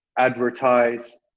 advertise